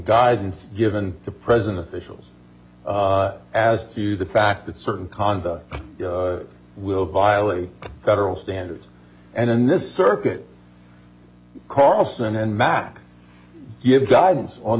guidance given to present officials as to the fact that certain conduct will violate federal standards and in this circuit carlson and matt give guidance on